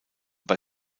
bei